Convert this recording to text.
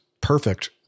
perfect